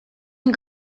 and